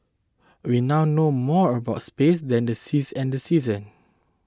we now know more about space than the seas and seasons